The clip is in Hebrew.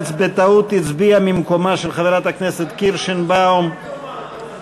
רע"ם-תע"ל-מד"ע וקבוצת בל"ד לסעיף 8(ג) לא נתקבלה.